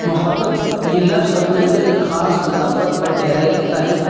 محبت یہ لفظ اپنے اندر ایک خاص لطافت اور گہرائی رکھتا ہے